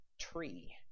tree